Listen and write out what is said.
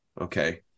Okay